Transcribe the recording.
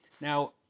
Now